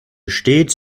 stets